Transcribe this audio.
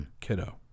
Kiddo